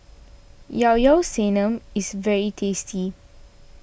Yao Yao Sanum is very tasty